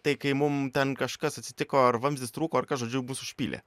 tai kai mum ten kažkas atsitiko ar vamzdis trūko ar kas žodžiu mus užpylė